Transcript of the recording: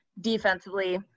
defensively